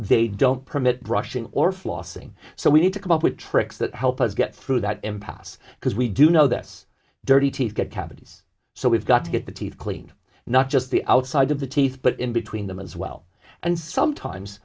they don't permit brushing or flossing so we need to come up with tricks that help us get through that impasse because we do know this dirty teeth get cavities so we've got to get the teeth cleaned not just the outside of the teeth but in between them as well and sometimes